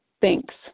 Thanks